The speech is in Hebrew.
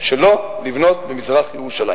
שלא לבנות במזרח-ירושלים.